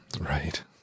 Right